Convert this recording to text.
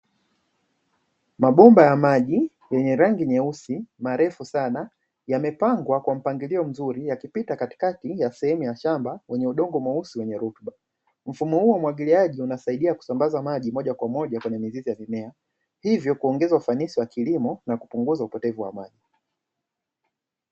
Mabomba ya maji yenye rangi nyeusi, marefu sana, yamepangwa kwa mpangilio mzuri, yakipita katikati ya sehemu ya shamba yenye udongo mweusi wenye rutuba . Mfumo huu wa umwagiliaji unasaidia kusambaza maji moja kwa moja kwanye mizizi ya mimea, hivyo kuongeza ufanisi wa kilimo na kupunguza upotevu wa maji.